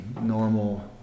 normal